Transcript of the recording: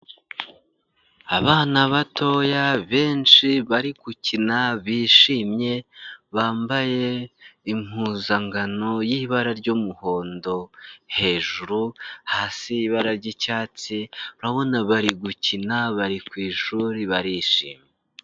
Abana batoya benshi bari gukina bishimye, bambaye impuzangano y'ibara ry'umuhondo hejuru hasi ibara ry'icyatsi, urabona bari gukina, bari ku ishuri barishimye.